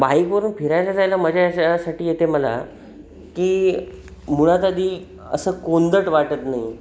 बाईकवरून फिरायला जायला मजा याच्यासाठी येते मला की मुळात आधी असं कोंदट वाटत नाही